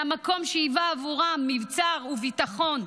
מהמקום שהיווה עבורם מבצר וביטחון,